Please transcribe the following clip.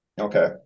Okay